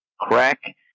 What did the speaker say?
crack